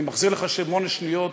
אני מחזיר לך שמונה שניות,